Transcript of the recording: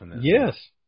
Yes